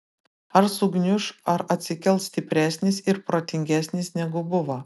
ar sugniuš ar atsikels stipresnis ir protingesnis negu buvo